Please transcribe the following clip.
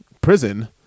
prison